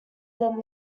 than